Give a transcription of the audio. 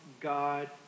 God